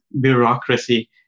bureaucracy